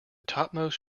topmost